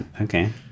Okay